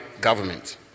government